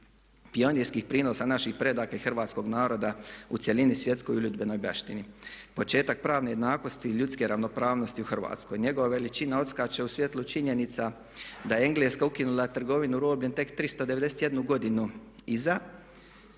prinosa naših predaka naših predaka i hrvatskog naroda u cjelini svjetskoj i uljudbenoj baštini. Početak pravne jednakosti i ljudske ravnopravnosti u Hrvatskoj. Njegova veličina odskače u svjetlu činjenica da je Engledska ukinula trgovinu robljem tek 391 godinu iza